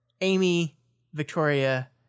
Amy-Victoria